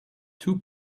two